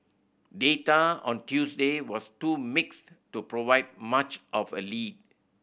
data out Tuesday was too mixed to provide much of a lead